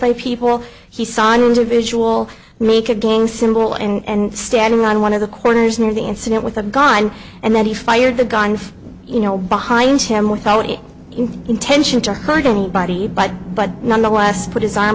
by people he saw an individual make a gang symbol and standing on one of the corners near the incident with a gun and that he fired the gun you know behind him without a intention to hurt anybody but but nonetheless put his arm